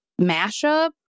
mashup